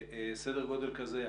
סדר גודל כזה.